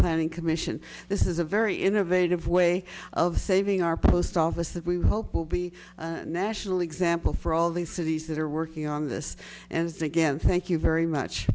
planning commission this is a very innovative way of saving our post office that we hope will be national example for all the cities that are working on this and again thank you very much